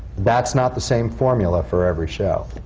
that's not the same formula for every show.